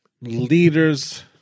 leaders